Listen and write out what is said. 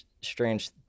strange